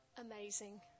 amazing